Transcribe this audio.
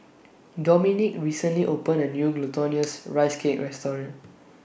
Dominick recently opened A New Glutinous Rice Cake Restaurant